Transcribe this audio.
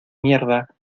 mierda